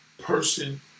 person